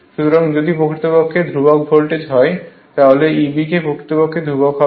সুতরাং যদি প্রকৃতপক্ষে ভোল্টেজ ধ্রুবক হয় তাহলে Eb প্রকৃতপক্ষে ধ্রুবক হবে